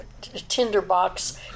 tinderbox